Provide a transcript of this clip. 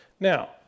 now